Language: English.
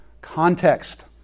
context